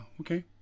okay